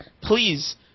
please